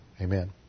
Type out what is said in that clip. Amen